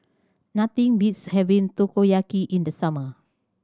nothing beats having Takoyaki in the summer